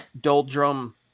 doldrum